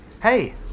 Hey